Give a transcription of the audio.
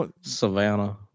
Savannah